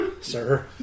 sir